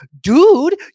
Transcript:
dude